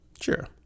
Sure